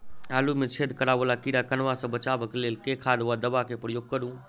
आलु मे छेद करा वला कीड़ा कन्वा सँ बचाब केँ लेल केँ खाद वा दवा केँ प्रयोग करू?